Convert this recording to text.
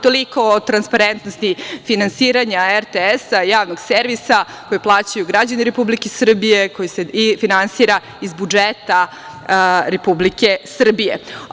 Toliko o transparentnosti finansiranja RTS, Javnog servisa, koji plaćaju građani Republike Srbije i koji se finansira iz budžeta Republike Srbije.